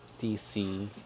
DC